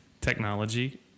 technology